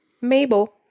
Mabel